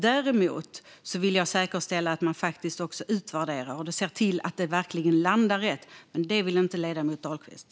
Däremot vill jag säkerställa att man faktiskt utvärderar det och ser till att det verkligen landar rätt, men det vill inte ledamoten Dahlqvist.